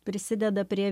prisideda prie